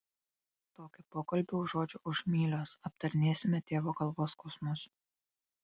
tokį pokalbį užuodžiu už mylios aptarinėsime tėvo galvos skausmus